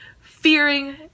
fearing